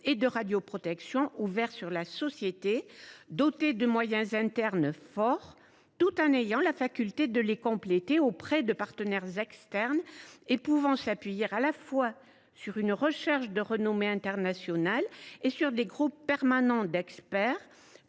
et de radioprotection, ouvert sur la société, doté de moyens internes forts tout en ayant la faculté de les compléter auprès de partenaires externes et pouvant s’appuyer à la fois sur une recherche de renommée internationale et sur des groupes permanents d’experts,